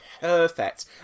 Perfect